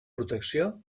protecció